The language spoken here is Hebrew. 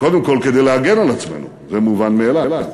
קודם כול, כדי להגן על עצמנו, זה מובן מאליו,